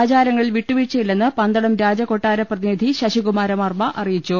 ആചാരങ്ങളിൽ വിട്ടുവീഴ്ചയി ല്ലെന്ന് പന്തളം രാജകൊട്ടാര പ്രതിനിധി ശശികുമാര വർമ്മ അറി യിച്ചു